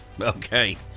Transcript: Okay